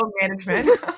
management